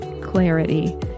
clarity